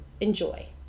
enjoy